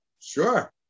Sure